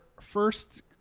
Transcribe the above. first